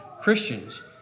Christians